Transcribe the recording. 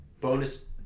bonus